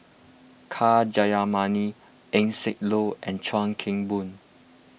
K Jayamani Eng Siak Loy and Chuan Keng Boon